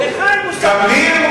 כן.